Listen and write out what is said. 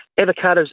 Avocados